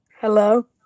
Hello